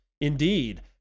Indeed